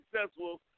successful